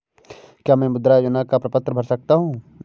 क्या मैं मुद्रा योजना का प्रपत्र भर सकता हूँ?